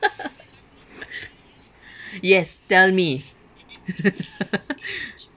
yes tell me